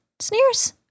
Sneers